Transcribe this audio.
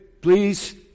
please